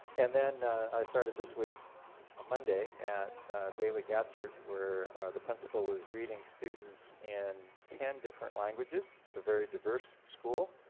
and then i started this week on monday at bailey gatzert where the principal was greeting students in ten different languages, it's a very diverse school